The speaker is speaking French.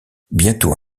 bientôt